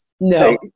No